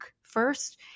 first